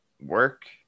work